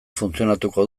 funtzionatuko